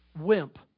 wimp